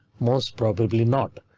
most probably not,